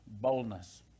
boldness